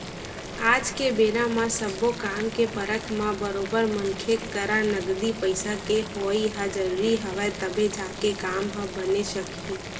आज के बेरा म सब्बो काम के परब म बरोबर मनखे करा नगदी पइसा के होवई ह जरुरी हवय तभे जाके काम ह बने सकही